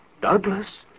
Douglas